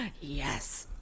Yes